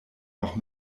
noch